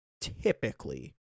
typically